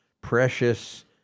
precious